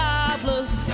Godless